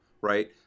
right